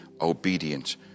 obedient